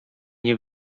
nie